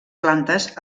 plantes